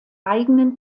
eigenen